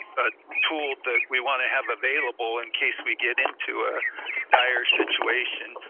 a tool that we wanna have available in case we get into a dire situation.